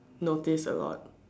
notice a lot